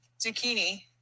zucchini